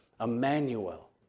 Emmanuel